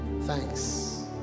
thanks